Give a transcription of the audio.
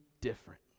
different